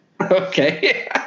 Okay